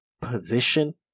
position